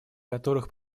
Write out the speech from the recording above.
которых